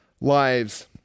lives